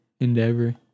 endeavor